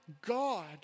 God